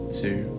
two